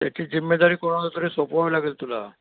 त्याची जिम्मेदारी कोणाला तरी सोपवावी लागेल तुला